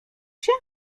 się